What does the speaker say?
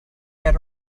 get